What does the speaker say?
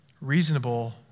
reasonable